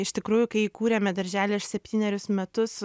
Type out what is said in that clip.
iš tikrųjų kai įkūrėme darželį aš septynerius metus